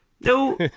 No